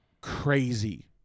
crazy